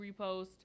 repost